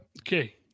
Okay